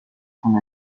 con